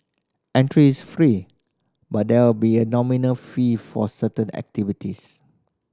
entry is free but there will be a nominal fee for certain activities